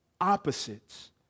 opposites